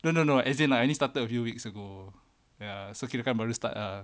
no no no as in like I only started few weeks ago so ya kirakan baru start ah